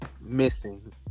missing